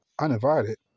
uninvited